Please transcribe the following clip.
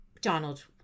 Donald